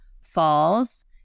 falls